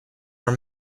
are